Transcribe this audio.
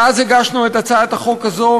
מאז הגשנו את הצעת החוק הזאת,